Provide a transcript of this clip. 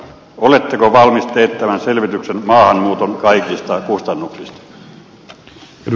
oletteko valmis teettämään selvityksen maahanmuuton kaikista kustannuksista